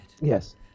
Yes